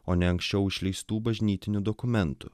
o ne anksčiau išleistų bažnytinių dokumentų